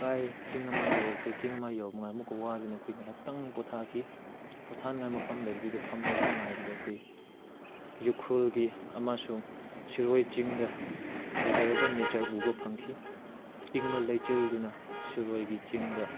ꯀꯥꯏ ꯆꯤꯡ ꯑꯃ ꯌꯧꯈ꯭ꯔꯦ ꯆꯤꯡ ꯑꯃ ꯌꯧꯕ ꯀꯥꯟ ꯑꯃꯨꯛꯀ ꯋꯥꯗꯨꯅ ꯑꯩꯈꯣꯏ ꯉꯥꯏꯍꯥꯛꯇꯪ ꯄꯣꯊꯥꯈꯤ ꯄꯣꯊꯥꯅꯤꯡꯉꯥꯏ ꯃꯐꯝ ꯂꯩꯕꯗꯨꯗ ꯐꯝꯂꯒ ꯑꯗꯨꯝ ꯉꯥꯏꯕꯗꯨꯗ ꯑꯩꯈꯣꯏ ꯎꯈ꯭ꯔꯨꯜꯒꯤ ꯑꯃꯁꯨꯡ ꯁꯤꯔꯣꯏ ꯆꯤꯡꯗ ꯐꯖꯔꯕ ꯅꯦꯆꯔ ꯎꯕ ꯐꯪꯈꯤ ꯏꯪꯕ ꯂꯩꯆꯤꯜꯗꯨꯅ ꯁꯤꯔꯣꯏꯒꯤ ꯆꯤꯡꯗ